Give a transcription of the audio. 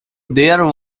there